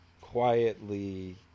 quietly